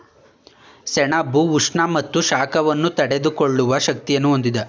ಸೆಣಬು ಉಷ್ಣ ಮತ್ತು ಶಾಖವನ್ನು ತಡೆದುಕೊಳ್ಳುವ ಶಕ್ತಿಯನ್ನು ಹೊಂದಿದೆ